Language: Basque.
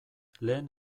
lehen